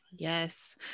Yes